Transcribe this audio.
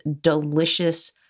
delicious